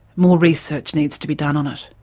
more research needs to be done on it.